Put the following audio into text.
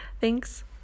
Thanks